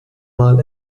mal